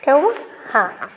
ठेवू हां हां